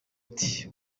ati